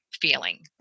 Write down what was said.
feeling